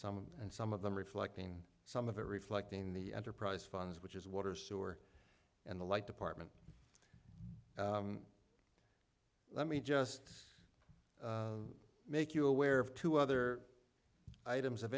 some and some of them reflecting some of it reflecting the enterprise funds which is water sewer and the like department let me just make you aware of two other items of